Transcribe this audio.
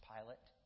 Pilate